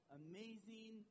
amazing